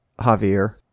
Javier